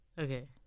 Okay